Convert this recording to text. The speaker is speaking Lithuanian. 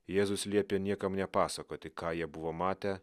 jėzus liepė niekam nepasakoti ką jie buvo matę